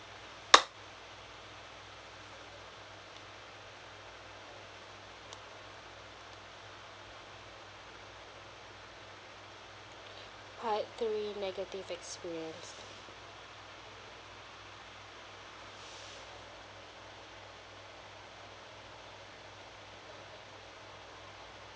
part three negative experience